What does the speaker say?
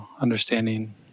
understanding